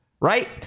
right